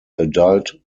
adult